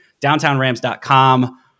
downtownrams.com